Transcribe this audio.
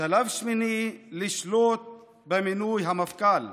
שלב שמיני, לשלוט במינוי המפכ"ל,